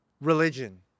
religion